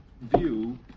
view